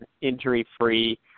injury-free